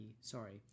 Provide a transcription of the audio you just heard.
sorry